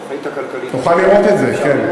התוכנית הכלכלית תוכל לראות את זה, כן.